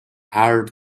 her